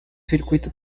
circuito